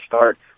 start